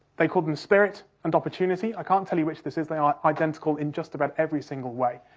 they called them spirit and opportunity. i can't tell you which this is, they are identical in just about every single way.